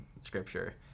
scripture